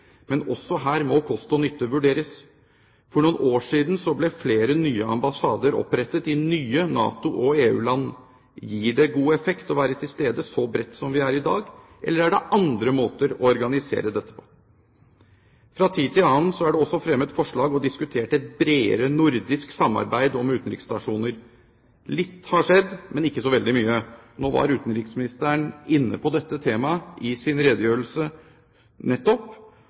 Men også her må også kost og nytte vurderes. For noen år siden ble flere nye ambassader opprettet i nye NATO- og EU-land. Gir det god effekt å være til stede så bredt som vi er i dag, eller er det andre måter å organisere dette på? Fra tid til annen er det også fremmet forslag om og diskutert et bredere nordisk samarbeid om utenriksstasjoner. Litt har skjedd, men ikke så veldig mye. Nå var utenriksministeren inne på dette temaet i sin redegjørelse nettopp,